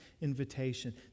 invitation